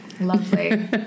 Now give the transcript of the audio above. Lovely